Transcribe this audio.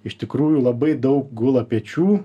iš tikrųjų labai daug gula pečių